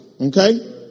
okay